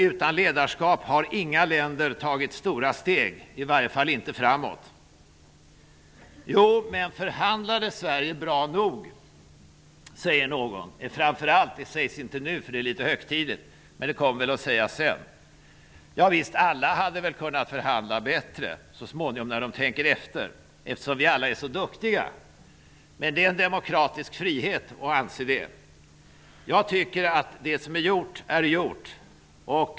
Utan ledarskap har inga länder tagit stora steg -- i varje fall inte framåt. Men förhandlade Sverige bra nog, frågar någon? Men detta sägs framför allt inte nu, eftersom tillfället är litet högtidligt. Men det kommer väl att sägas senare. Ja visst, alla kan väl förhandla bättre -- så småningom, när de tänker efter -- eftersom alla är så duktiga. Det är en demokratisk frihet att tycka så. Jag tycker att gjort är gjort.